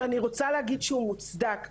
שאני רוצה להגיד שהוא מוצדק,